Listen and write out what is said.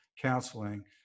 counseling